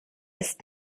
ist